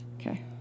Okay